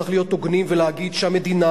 צריך להיות הוגנים ולהגיד שהמדינה,